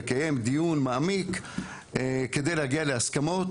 לקיים דיון מעמיק כדי להגיע להסכמות